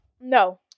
No